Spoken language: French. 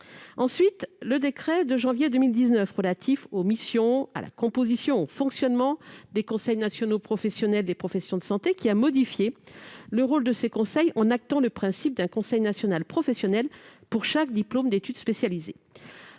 Ensuite, le décret du 9 janvier 2019 relatif aux missions, à la composition et au fonctionnement des conseils nationaux professionnels des professions de santé a modifié le rôle de ces conseils, en actant le principe d'un conseil national professionnel pour chaque diplôme d'études spécialisées.